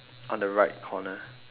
on the right corner